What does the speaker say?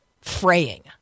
fraying